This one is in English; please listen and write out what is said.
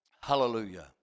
Hallelujah